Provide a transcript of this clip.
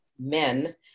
men